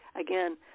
again